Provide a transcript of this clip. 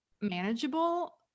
manageable